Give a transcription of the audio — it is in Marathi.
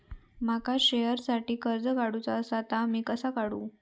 माका शेअरसाठी कर्ज काढूचा असा ता मी कसा काढू?